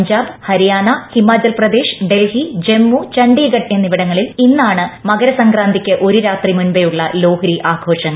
പഞ്ചാബ് ഹരിയാന ഹിമാചൽപ്രദേശ് ഡൽഹി ജമ്മു ചണ്ഡീഗഡ് എന്നിവിടങ്ങളിൽ ഇന്നാണ് മകരസംക്രാന്തിക്ക് ഒരു രാത്രി മുൻപേയുളള ലോഹ്രി ആഘോഷങ്ങൾ